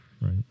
Right